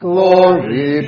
Glory